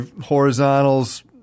horizontals